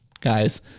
guys